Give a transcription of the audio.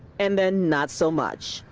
and then not so much.